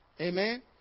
Amen